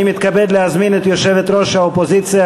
אני מתכבד להזמין את יושבת-ראש האופוזיציה,